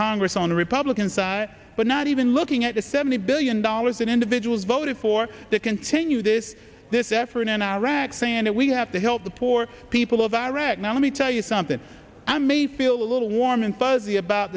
congress on the republican side but not even looking at the seventy billion dollars that individuals voted for to continue this this effort in iraq saying that we have to help the poor people of iraq now let me tell you something and may feel a little warm and fuzzy about